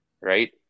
right